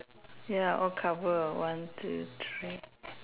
ya all cover one two three